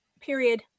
Period